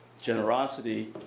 generosity